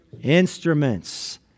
instruments